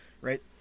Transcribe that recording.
Right